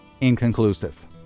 inconclusive